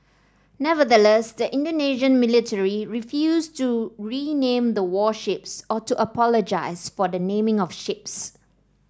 nevertheless the Indonesian military refused to rename the warships or to apologise for the naming of ships